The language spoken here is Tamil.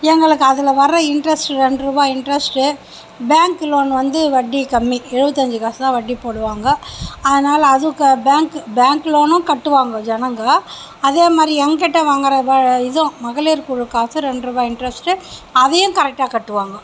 எங்களுக்கு அதில் வர்ற இன்ட்ரஸ்ட் ரெண்டுருவா இன்ட்ரஸ்ட்டு பேங்க்கு லோன் வந்து வட்டி கம்மி எழுபத்தஞ்சு காசுதான் வட்டி போடுவாங்க அதனால் அதுக்கு பேங்க் பேங்க்கு லோனும் கட்டுவாங்க ஜனங்கள் அதே மாதிரி என்கிட்டே வாங்குகிற இதுவும் மகளிர் குழு காசும் ரெண்டுருபா இன்ட்ரஸ்ட்டு அதையும் கரெக்டாக கட்டுவாங்க